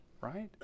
right